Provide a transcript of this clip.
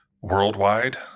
worldwide